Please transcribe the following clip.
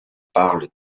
parle